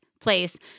place